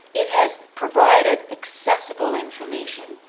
it has provided accessible information,